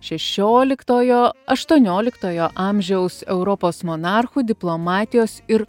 šešioliktojo aštuonioliktojo amžiaus europos monarchų diplomatijos ir